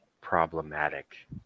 problematic